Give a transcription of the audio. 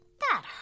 That